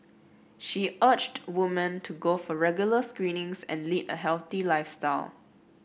she urged woman to go for regular screenings and lead a healthy lifestyle